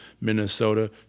Minnesota